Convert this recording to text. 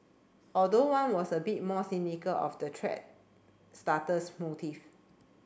although one was a bit more cynical of the thread starter's motive